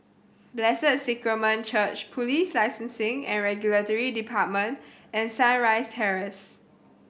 Blessed Sacrament Church Police Licensing and Regulatory Department and Sunrise Terrace